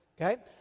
okay